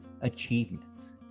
achievements